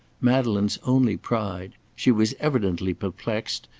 madeleine's only pride, she was evidently perplexed,